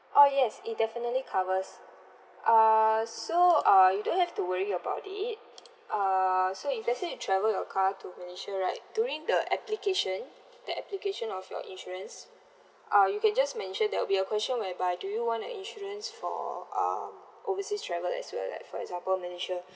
oh yes it definitely covers uh so uh you don't have to worry about it uh so if let's say you travel your car to malaysia right during the application the application of your insurance uh you can just mention there will be a question whereby do you want a insurance for uh overseas travel as well like for example malaysia